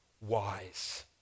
wise